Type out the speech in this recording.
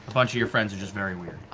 bunch of your friends are just very weird.